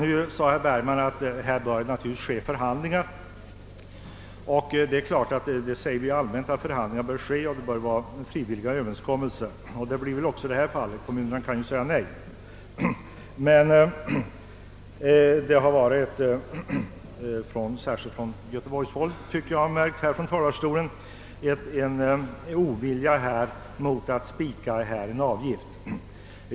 Herr Bergman framböll att förhandlingar naturligtvis bör föras. Vi anser ju allmänt att man bör gå den vägen och sluta frivilliga överenskommelser. Så blir det väl också i detta fall, ty kommunerna kan säga nej. Särskilt från göteborgshåll tycker jag mig emellertid under debatten ha märkt en viss ovilja mot att spika en avgift.